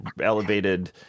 elevated